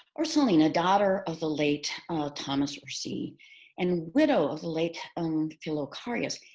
ursollina, daughter of the late thomas ursii, and widow of the late and figlioarius.